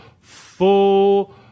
Full